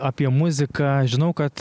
apie muziką žinau kad